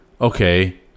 okay